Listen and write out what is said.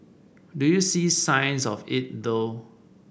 do you see signs of it though